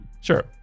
Sure